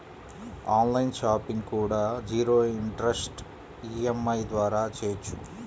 on line shopping కూడా zero interest EMI ద్వారా చెయ్యొచ్చు